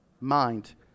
mind